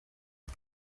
amb